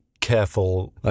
careful